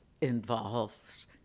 involves